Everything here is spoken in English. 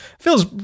feels